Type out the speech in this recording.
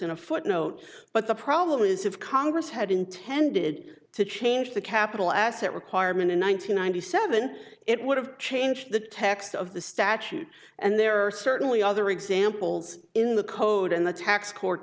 in a footnote but the problem is if congress had intended to change the capital asset requirement in one thousand nine hundred seven it would have changed the text of the statute and there are certainly other examples in the code and the tax court